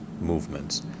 movements